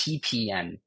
TPN